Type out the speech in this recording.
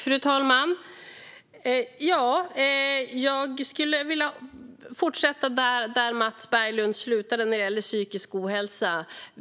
Fru talman! Jag skulle vilja fortsätta där Mats Berglund slutade när det gäller psykisk ohälsa.